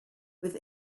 with